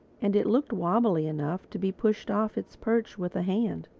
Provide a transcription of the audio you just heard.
and it looked wobbly enough to be pushed off its perch with the hand.